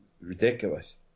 ridiculous